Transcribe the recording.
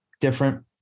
different